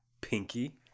Pinky